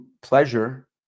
pleasure